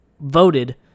voted